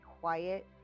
quiet